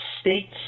states